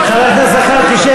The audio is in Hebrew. חבר הכנסת זחאלקה,